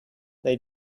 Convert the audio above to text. they